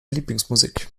lieblingsmusik